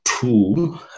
two